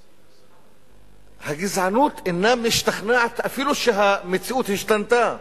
והגזענות אינה משתכנעת אפילו שהמציאות השתנתה.